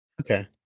Okay